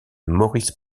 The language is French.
maurice